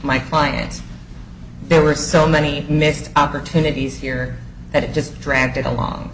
my clients there were so many missed opportunities here that it just dragged along